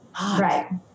Right